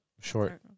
short